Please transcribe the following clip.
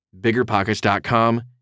BiggerPockets.com